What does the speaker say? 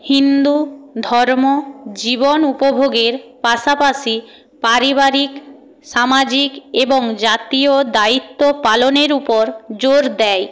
হিন্দু ধর্ম জীবন উপভোগের পাশাপাশি পারিবারিক সামাজিক এবং জাতীয় দায়িত্ব পালনের উপর জোর দেয়